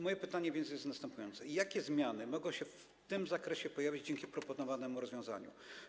Moje pytanie jest więc następujące: Jakie zmiany mogą się w tym zakresie pojawić dzięki proponowanemu rozwiązaniu?